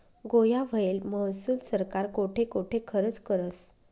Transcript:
गोया व्हयेल महसूल सरकार कोठे कोठे खरचं करस?